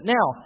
Now